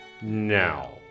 Now